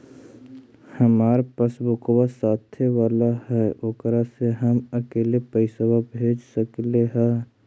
हमार पासबुकवा साथे वाला है ओकरा से हम अकेले पैसावा भेज सकलेहा?